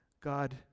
God